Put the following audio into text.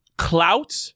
clout